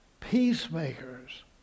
peacemakers